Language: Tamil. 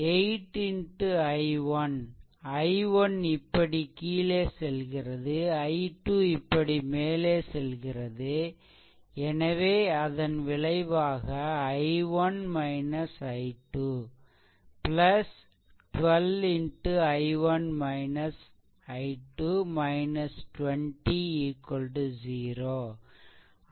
8 x I1 I1 இப்படி கீழே செல்கிறது I2 இப்படி மேலே செல்கிறதுஎனவே அதன் விளைவாக I1 I2 12 x I1 I2 20 0